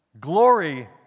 glory